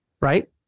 right